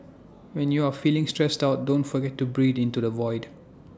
when you are feeling stressed out don't forget to breathe into the void